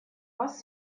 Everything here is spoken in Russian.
вас